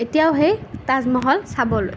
এতিয়াও সেই তাজমহল চাবলৈ